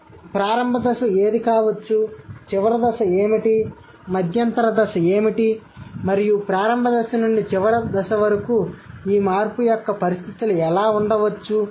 కాబట్టి ప్రారంభ దశ ఏది కావచ్చు చివరి దశ ఏమిటి మధ్యంతర దశ ఏమిటి మరియు ప్రారంభ దశ నుండి చివరి వరకు ఈ మార్పు యొక్క పరిస్థితులు ఎలా ఉండవచ్చు